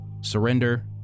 surrender